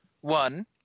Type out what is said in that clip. One